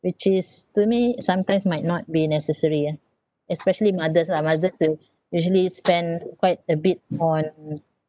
which is to me sometimes might not be necessary ah especially mothers lah mothers who usually spend quite a bit on